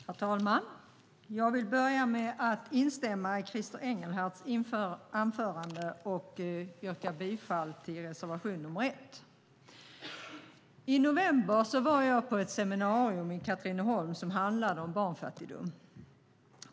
Herr talman! Jag vill börja med att instämma i Christer Engelhardts anförande och yrka bifall till reservation nr 1. I november var jag på ett seminarium i Katrineholm som handlade om barnfattigdom.